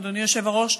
אדוני היושב-ראש,